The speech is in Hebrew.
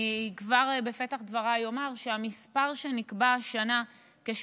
כבר בפתח דבריי אני אומר שהמספר שנקבע השנה,